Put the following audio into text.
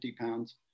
pounds